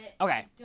Okay